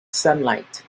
sunlight